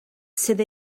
sydd